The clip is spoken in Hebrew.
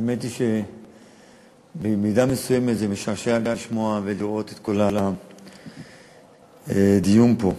האמת היא שבמידה מסוימת זה משעשע לשמוע ולראות את כל הדיון פה,